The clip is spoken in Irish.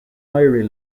éirí